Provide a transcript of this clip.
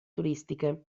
turistiche